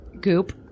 goop